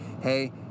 Hey